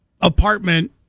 apartment